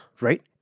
Right